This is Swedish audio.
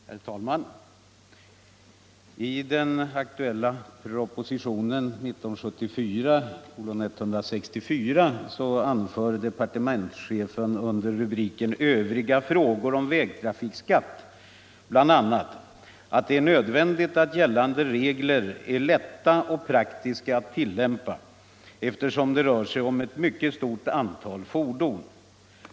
Herr talman! I den aktuella propositionen 1974:164 anför departementschefen under rubriken Övriga frågor om vägtrafikskatt bl.a. att det är nödvändigt att gällande regler är lätta att tillämpa praktiskt, eftersom det rör sig om ett mycket stort antal fordon.